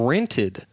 Rented